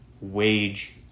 wage